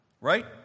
Right